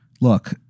look